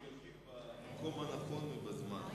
הוא יגיב במקום הנכון ובזמן הנכון.